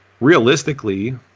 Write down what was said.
realistically